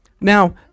Now